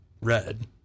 red